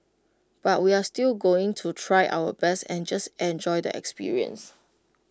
but we're still going to try our best and just enjoy the experience